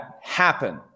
happen